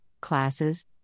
classes